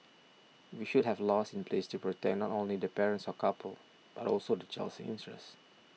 we should have laws in place to protect not only the parents or couple but also the child's interest